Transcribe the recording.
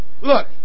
Look